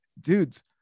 dudes